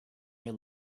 your